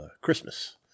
Christmas